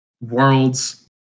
Worlds